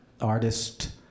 artist